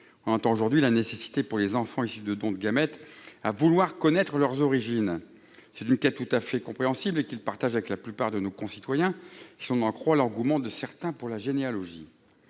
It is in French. On comprend aujourd'hui la nécessité que ressentent les enfants issus de dons de gamètes de connaître leurs origines. C'est une quête tout à fait compréhensible qu'ils partagent avec la plupart de nos concitoyens, si l'on en croit l'engouement pour la généalogie.